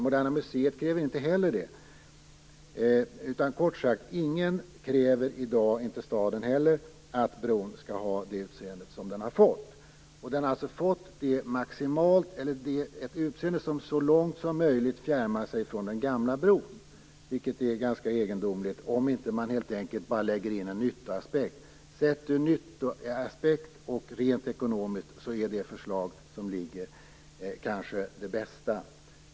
Moderna museet kräver inte heller detta. Kort sagt: Ingen kräver i dag att bron skall ha det utseende som den har fått - inte staden heller. Bron har alltså fått ett utseende som så långt som möjligt fjärmar sig från den gamla bron. Det är ganska egendomligt, om man helt enkelt inte bara lägger in en nyttoaspekt. Sett ur en nyttoaspekt och rent ekonomiskt är det förslag som föreligger kanske det bästa.